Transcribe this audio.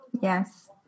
Yes